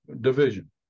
Division